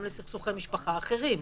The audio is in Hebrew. גם לסכסוכי משפחה אחרים.